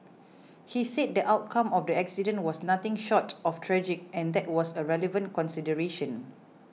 he said the outcome of the accident was nothing short of tragic and that was a relevant consideration